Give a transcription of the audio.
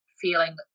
feeling